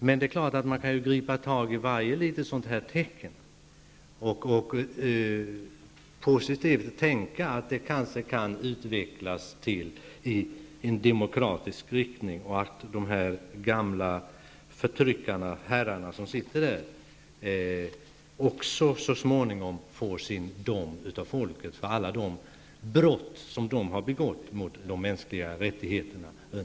Men det är klart att man kan gripa tag i varje sådant litet halmstrå och positivt tänka att utvecklingen kanske kan gå i demokratisk riktning och att de gamla herrarna så småningom också kan komma att få sin dom av folket för alla de brott som de under årtionden har begått mot de mänskliga rättigheterna.